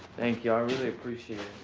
thank you, i really appreciate